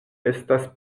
estas